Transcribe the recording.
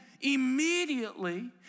immediately